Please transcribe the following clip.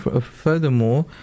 furthermore